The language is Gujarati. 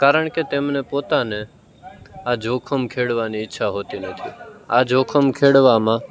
કારણકે તેમણે પોતાને આ જોખમ ખેડવાની ઈચ્છા હોતી નથી આ જોખમ ખેડવામાં